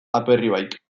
aperribaik